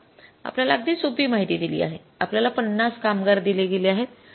पहा आपल्याला अगदी सोपी माहिती दिली आहे आपल्याला ५० कामगार दिले गेले आहेत